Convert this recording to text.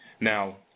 Now